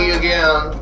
again